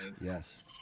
Yes